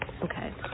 okay